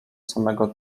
samego